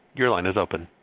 your line is open.